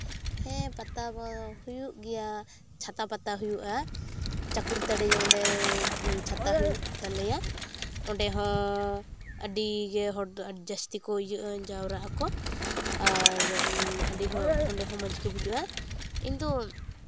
ᱦᱮᱸ ᱯᱟᱛᱟ ᱦᱩᱭᱩᱜ ᱜᱮᱭᱟ ᱪᱷᱟᱛᱟ ᱯᱟᱛᱟ ᱦᱩᱭᱩᱜᱼᱟ ᱪᱟᱠᱩᱨᱛᱟᱹᱲᱤ ᱚᱸᱰᱮ ᱪᱷᱟᱛᱟ ᱦᱩᱭᱩᱜ ᱛᱟᱞᱮᱭᱟ ᱚᱸᱰᱮᱦᱚᱸ ᱟᱹᱰᱤᱜᱮ ᱦᱚᱲ ᱫᱚ ᱡᱟᱹᱥᱛᱤ ᱠᱚ ᱡᱟᱣᱨᱟᱜ ᱟᱠᱚ ᱟᱨ ᱚᱸᱰᱮ ᱦᱚᱸ ᱢᱚᱡᱽ ᱜᱮ ᱵᱩᱡᱩᱜᱼᱟ ᱤᱧᱫᱚ